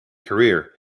career